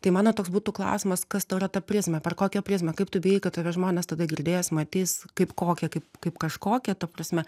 tai mano toks būtų klausimas kas tau yra ta prizmė per kokią prizmę kaip tu bijai kad tave žmonės tada girdės matys kaip kokią kaip kaip kažkokią ta prasme